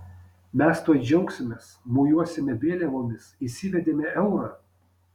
mes tuoj džiaugsimės mojuosime vėliavomis įsivedėme eurą